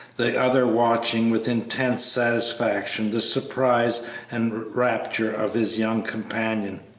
the other watching with intense satisfaction the surprise and rapture of his young companion.